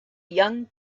young